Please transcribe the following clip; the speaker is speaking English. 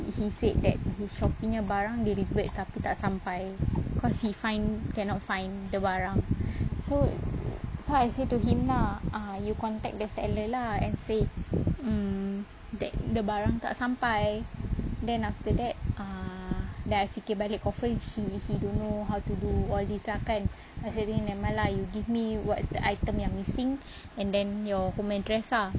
he said that his shopee nya barang delivered tapi tak sampai cause he find cannot find the barang so so I said to him lah you contact the seller lah and say mm that the barang tak sampai then after that ah then I fikir balik confirm he he don't know how to do all these lah kan maksudnya never mind lah you give me what's the items yang missing and then your home address ah